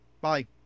Bye